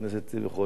יישר כוח.